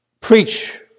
preach